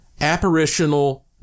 apparitional